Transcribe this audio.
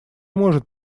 может